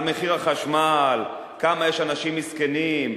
על מחיר החשמל וכמה אנשים מסכנים יש.